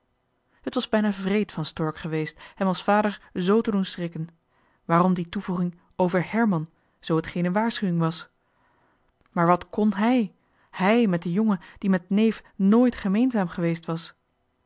het was bijna wreed van stork geweest hem als vader z te doen schrikken waarom die toevoeging over herman zoo het geene waarschuwing was maar wat kon hij hij met den jongen die met neef nit gemeenzaam geweest was